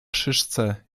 szyszce